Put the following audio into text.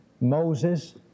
Moses